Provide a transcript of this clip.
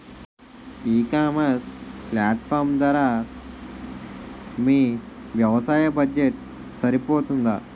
ఈ ecommerce platform ధర మీ వ్యవసాయ బడ్జెట్ సరిపోతుందా?